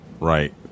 Right